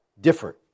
different